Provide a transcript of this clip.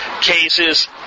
cases